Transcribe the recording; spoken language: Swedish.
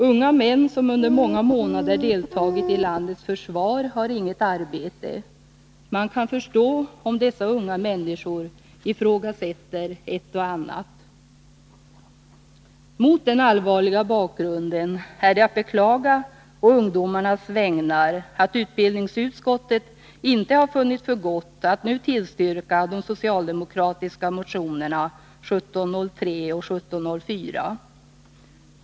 Unga män som under många månader deltagit i landets försvar har inget arbete. Man kan förstå om dessa unga människor ifrågasätter ett och annat. Mot den allvarliga bakgrunden är det att beklaga, å ungdomarnas vägnar, att utbildningsutskottet inte har funnit för gott att nu tillstyrka de Nr 120 socialdemokratiska motionerna 1703 och 1704.